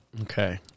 Okay